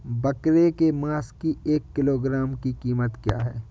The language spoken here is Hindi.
बकरे के मांस की एक किलोग्राम की कीमत क्या है?